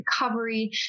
recovery